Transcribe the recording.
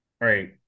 right